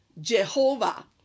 Jehovah